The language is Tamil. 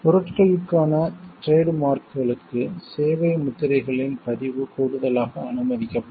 பொருட்களுக்கான டிரேட் மார்க்களுக்கு சேவை முத்திரைகளின் பதிவு கூடுதலாக அனுமதிக்கப்படும்